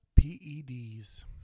PEDs